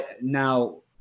Now